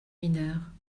mineure